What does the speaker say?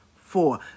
Four